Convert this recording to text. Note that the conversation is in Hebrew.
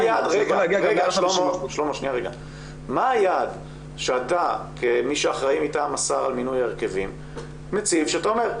מה היעד שאתה כמי שאחראי מטעם השר על מינוי ההרכבים מציב שאתה אומר,